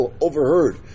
overheard